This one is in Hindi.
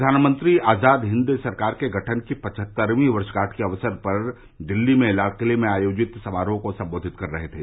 प्रधानमंत्री आजाद हिंद सरकार के गठन की पवहत्तर्वी वर्षगांठ के अवसर पर दिल्ली में लालकिले में आयोजित समारोह को संबोधित कर रहे थे